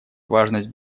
важность